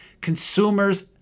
consumers